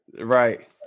Right